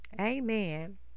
Amen